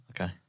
Okay